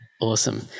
Awesome